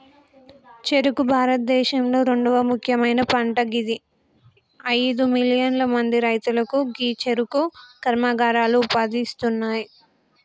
చెఱుకు భారతదేశంలొ రెండవ ముఖ్యమైన పంట గిది అయిదు మిలియన్ల మంది రైతులకు గీ చెఱుకు కర్మాగారాలు ఉపాధి ఇస్తున్నాయి